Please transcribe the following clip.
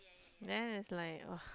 then is like !wah!